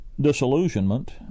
disillusionment